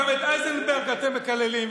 גם את אייזנברג אתם מקללים,